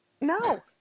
No